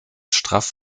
straff